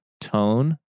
tone